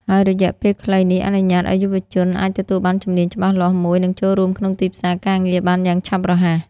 ហើយរយៈពេលខ្លីនេះអនុញ្ញាតឱ្យយុវជនអាចទទួលបានជំនាញច្បាស់លាស់មួយ និងចូលរួមក្នុងទីផ្សារការងារបានយ៉ាងឆាប់រហ័ស។